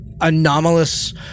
anomalous